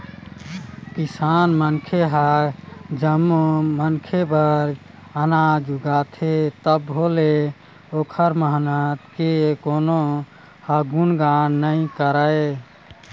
किसान मनखे ह जम्मो मनखे बर अनाज उगाथे तभो ले ओखर महत्ता के कोनो ह गुनगान नइ करय